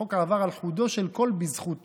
החוק עבר על חודו של קול בזכותו,